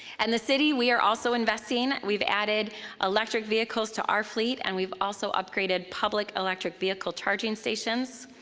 and the city, we are also investing. we've added electric vehicles to our fleet, and we've also upgraded public electric vehicle charging stations.